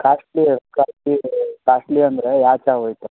costly costly costly ಅಂದರೆ ಯಾವ ಥರ